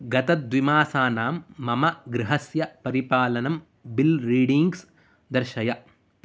गतद्विमासानां मम गृहस्य परिपालनं बिल् रीडीङ्ग्स् दर्शय